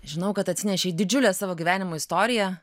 žinau kad atsinešei didžiulę savo gyvenimo istoriją